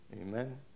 Amen